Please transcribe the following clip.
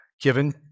given